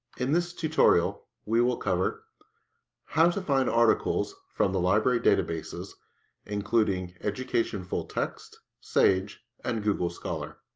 in this tutorial we will cover how to find articles from the library databases including education full text, sage, and google scholar.